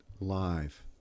Live